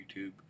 YouTube